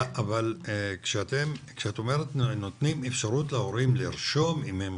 אבל כשאת אומרת 'נותנים אפשרות להורים לרשום אם הם